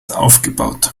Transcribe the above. aufgebaut